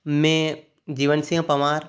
मैं जिवंशी पवार